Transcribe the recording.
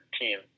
team